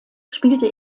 spielte